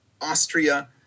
Austria